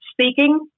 speaking